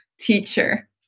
teacher